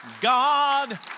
God